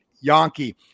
yankee